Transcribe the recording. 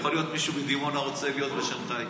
יכול להיות מישהו בדימונה שרוצה להיות בשנחאי,